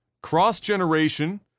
cross-generation